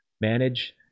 manage